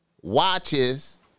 watches